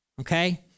Okay